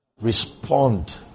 Respond